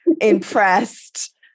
impressed